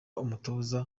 umutoza